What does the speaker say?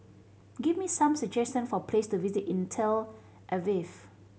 give me some suggestion for place to visit in Tel Aviv